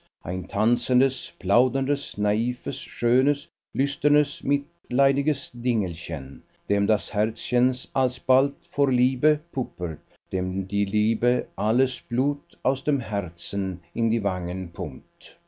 ein tanzendes plauderndes naives schönes lüsternes mitleidiges dingelchen dem das herzchen alsbald vor liebe puppert dem die liebe alles blut aus dem herzen in die wangen